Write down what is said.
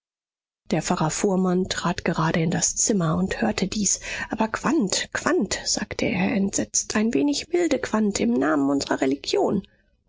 der pfarrer fuhrmann trat gerade in das zimmer und hörte dies aber quandt quandt sagte er entsetzt ein wenig milde quandt im namen unsrer religion